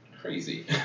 crazy